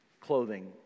clothing